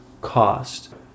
cost